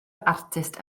artist